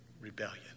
rebellion